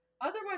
otherwise